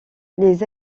les